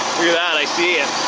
that, i see it.